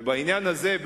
ובעניין הזה,